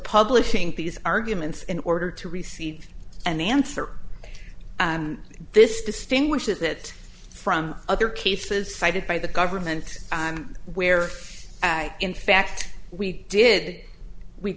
publishing these arguments in order to receive an answer and this distinguishes it from other cases cited by the government i'm where in fact we did we